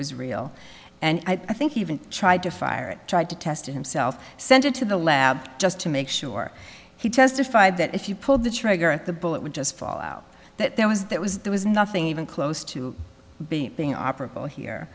was real and i think even tried to fire it tried to test it himself sent it to the lab just to make sure he testified that if you pulled the trigger at the bull it would just fall out that there was that was there was nothing even close to being